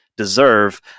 deserve